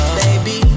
baby